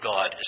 God